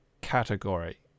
category